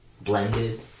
Blended